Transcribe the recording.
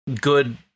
good